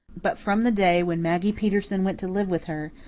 but from the day when maggie peterson went to live with her,